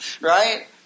right